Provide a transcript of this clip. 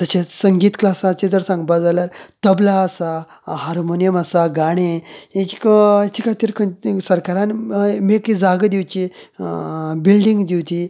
तशेंच संगीत क्लासाचे जर सांगपाक जाल्यार तबला आसा हार्मोनीयम आसा गाणे ही जी हाचे हाचे खातीर सरकारान मेकळी जागा दिवची बिल्डींग दिवची